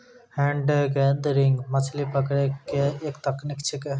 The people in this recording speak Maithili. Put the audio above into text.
हेन्ड गैदरींग मछली पकड़ै के एक तकनीक छेकै